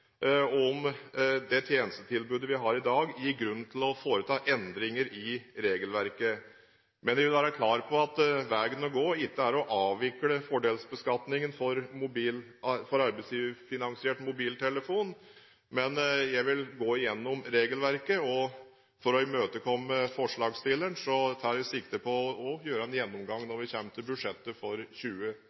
om det tjenestetilbudet vi har i dag, gir grunn til å foreta endringer i regelverket. Jeg vil være klar på at veien å gå ikke er å avvikle fordelsbeskatningen for arbeidsgiverfinansiert mobiltelefon. Men jeg vil gå gjennom regelverket, og for å imøtekomme forslagsstilleren tar jeg sikte på også å gjøre en gjennomgang når vi kommer til budsjettet for